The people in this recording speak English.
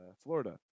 Florida